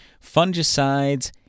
fungicides